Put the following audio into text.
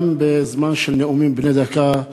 גם בזמן של נאומים בני דקה,